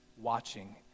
watching